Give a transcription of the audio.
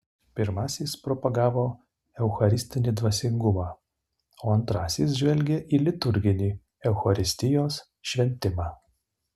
pirmasis propagavo eucharistinį dvasingumą o antrasis žvelgė į liturginį eucharistijos šventimą